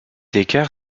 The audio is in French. écart